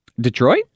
Detroit